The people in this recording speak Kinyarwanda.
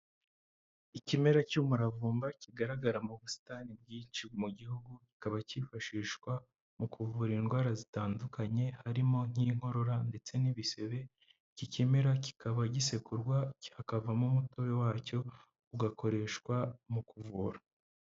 Ikimera cy'umuravumba, kigaragara mu busitani bwinshi mu gihugu, kikaba kifashishwa mu kuvura indwara zitandukanye, harimo nk'inkorora ndetse n'ibisebe, iki kemera kikaba gisekurwa, hakavamo umutobe wacyo, ugakoreshwa mu kuvura.